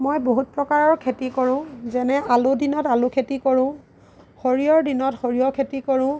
মই বহুত প্ৰকাৰৰ খেতি কৰোঁ যেনে আলুৰ দিনত আলু খেতি কৰোঁ সৰিয়হৰ দিনত সৰিয়হৰ খেতি কৰোঁ